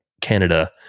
Canada